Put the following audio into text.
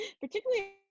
particularly